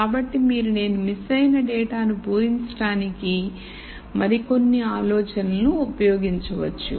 కాబట్టి నేను మిస్ అయిన డేటాను పూరించడానికి మరికొన్ని ఆలోచనలను ఉపయోగించవచ్చు